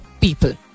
people